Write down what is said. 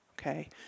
okay